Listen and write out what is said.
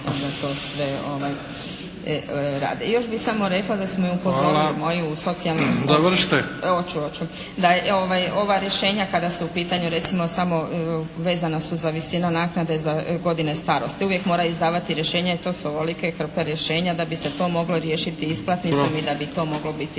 da to sve rade. Još bih samo rekla da su me upozorili moji u …/Govornik se ne razumije./… da ova rješenja kada su u pitanju samo, recimo samo vezana su za visinu naknade i godine starosti, uvijek mora izdavati rješenja, to su ovolike hrpe rješenja da bi se to moglo riješiti isplatnicom i da bi to moglo biti